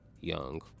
young